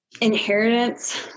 inheritance